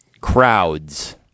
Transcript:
Crowds